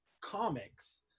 comics